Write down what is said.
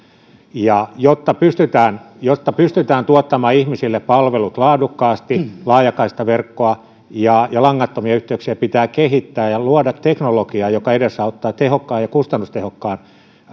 ja jotta pystytään jotta pystytään tuottamaan ihmisille palvelut laadukkaasti laajakaistaverkkoa ja ja langattomia yhteyksiä pitää kehittää ja luoda teknologiaa joka edesauttaa tehokasta ja kustannustehokasta